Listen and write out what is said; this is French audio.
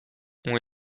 ont